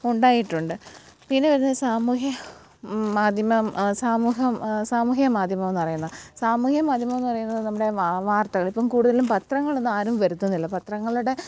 ഉണ്ടായിട്ടുണ്ട് പിന്നെ വരുന്നത് സാമൂഹ്യ മാധ്യമം സാമൂഹം സാമൂഹ്യ മാധ്യമം എന്ന് പറയുന്നത് സാമൂഹ്യ മാധ്യമം എന്ന് പറയുന്നത് നമ്മുടെ വാ വാർത്തകൾ ഇപ്പം കൂടുതലും പത്രങ്ങളൊന്നും ആരും വരുത്തുന്നില്ല പത്രങ്ങളുടെ